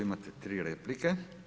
Imate tri replike.